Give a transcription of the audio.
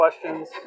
questions